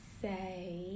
say